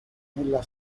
nella